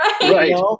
Right